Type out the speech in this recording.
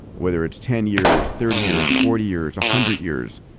whether it's ten years, thirty years, forty years, a hundred years.